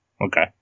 Okay